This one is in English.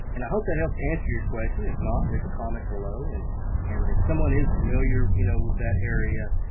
and i hope that helps answer your question. if not, leave a comment below. and and if someone is familiar you know with that area